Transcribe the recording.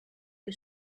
que